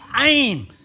aim